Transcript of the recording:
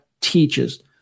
teaches